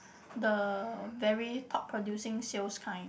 the very top producing sales kind